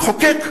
מחוקק,